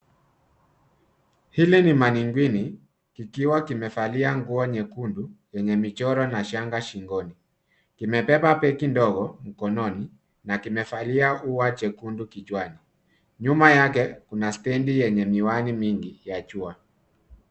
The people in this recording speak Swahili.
Hili ni mannequin kikiwa kimevalia nguo nyekundu yenye michoro na shanga shingoni. Kimebeba begi ndogo mkononi na kimevalia ua jekundu kichwani. Nyuma yake kuna stendi yenye miwani mingi ya jua.